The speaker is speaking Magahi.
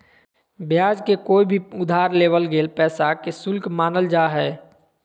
ब्याज के कोय भी उधार लेवल गेल पैसा के शुल्क मानल जा हय